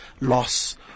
loss